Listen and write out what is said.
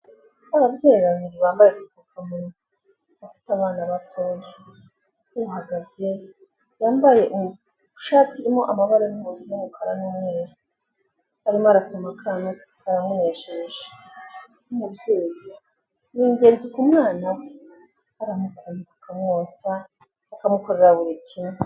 Ababyeyi babiri bambaye agapfukamunwa bafite abana batoya, uhagaze yambaye ishati irimo amababa y'umuhondo arimo arasoma akana wke kamunejeje. Umubyeyi n'ingenzi ku mwana aramukunda akamwonsa akamukorera buri kimwe.